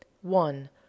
one